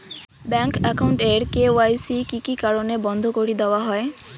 Bank account এর KYC কি কি কারণে বন্ধ করি দেওয়া হয়?